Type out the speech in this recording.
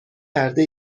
کرده